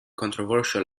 controversial